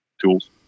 tools